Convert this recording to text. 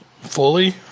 fully